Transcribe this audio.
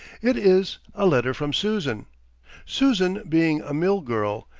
it is a letter from susan susan being a mill girl,